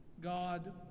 God